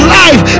life